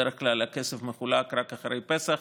בדרך כלל הכסף מחולק רק אחרי פסח